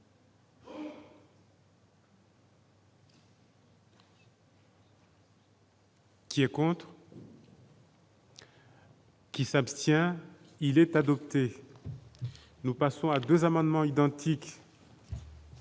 qui est pour. Qui s'abstient, il est adopté, nous passons à 2 amendements identiques.